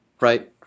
Right